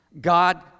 God